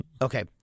Okay